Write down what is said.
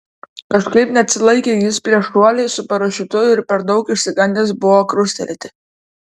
kažkaip neatsilaikė jis prieš šuolį su parašiutu ir per daug išsigandęs buvo krustelėti